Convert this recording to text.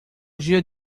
dia